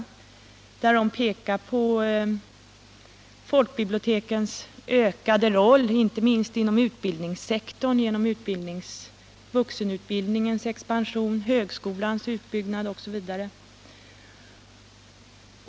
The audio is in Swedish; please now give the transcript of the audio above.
I brevet pekar man på folkbibliotekens ökade roll inte minst på utbildningssektorn genom vuxenutbildningens expansion, högskolans utbyggnad osv.